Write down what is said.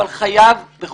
אבל חייבים להיות רסנים,